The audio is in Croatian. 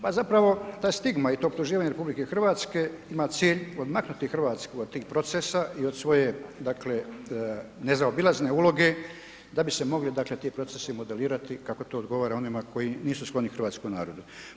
Ma zapravo ta stigma i to optuživanje Republike Hrvatske ima cilj odmaknuti Hrvatsku od tih procesa i od svoje dakle nezaobilazne uloge da bi se mogli dakle ti procesi modelirati kako to odgovara onima koji nisu skloni Hrvatskom narodu.